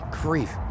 grief